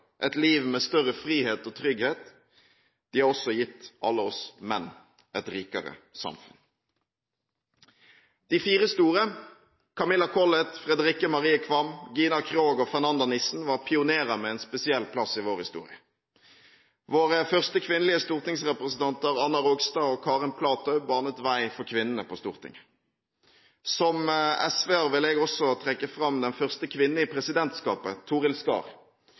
et liv med større frihet og trygghet, de har også gitt alle oss menn et rikere samfunn. De fire store – Camilla Collett, Fredrikke Marie Qvam, Gina Krog og Fernanda Nissen – var pionerer med en spesiell plass i vår historie. Våre første kvinnelige stortingsrepresentanter, Anna Rogstad og Karen Platou, banet vei for kvinnene på Stortinget. Som SV-er vil jeg også trekke fram den første kvinnen i presidentskapet, Torild